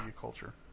culture